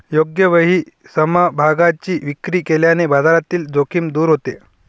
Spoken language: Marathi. योग्य वेळी समभागांची विक्री केल्याने बाजारातील जोखीम दूर होते